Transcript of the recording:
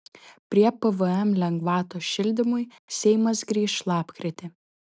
prie pvm lengvatos šildymui seimas grįš lapkritį